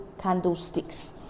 candlesticks